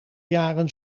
jaren